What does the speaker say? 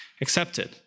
accepted